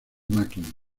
máquinas